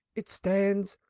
it stands,